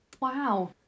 Wow